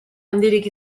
handirik